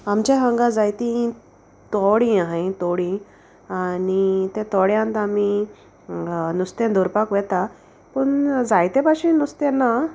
आमच्या हांगा जायतीं तोडी हांवें तोडी आनी त्या तोड्यांत आमी नुस्तें दवरपाक वता पूण जायते भाशेन नुस्तें ना